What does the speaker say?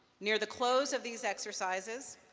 near the close of these exercises,